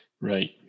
Right